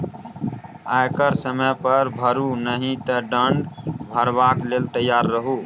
आयकर समय पर भरू नहि तँ दण्ड भरबाक लेल तैयार रहु